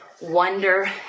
wonder